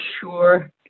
sure